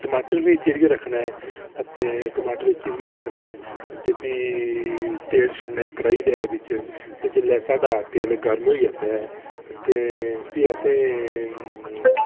टमाटर बी चीरियै रक्खना ऐ अते टमाटर चीरियै रक्खना ऐ ते भी तेल शैल कढाई दे बिच ते जेल्लै साढ़ा तेल गर्म ते भी असें